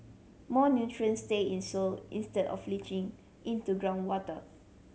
more nutrients stay in soil instead of leaching into groundwater